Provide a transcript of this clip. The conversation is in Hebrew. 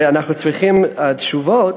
ואנחנו צריכים תשובות,